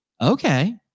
Okay